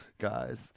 guys